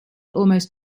almost